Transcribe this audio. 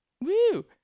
Woo